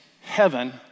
heaven